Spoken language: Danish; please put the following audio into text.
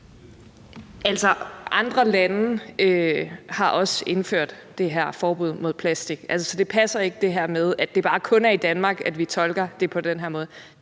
andre lande har også indført det her forbud mod plastik. Så det her med, at det kun er i Danmark, at vi tolker det på den her måde,